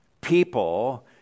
people